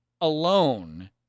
alone